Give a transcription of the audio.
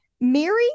Mary